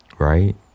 Right